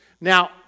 Now